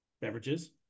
beverages